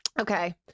okay